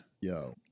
yo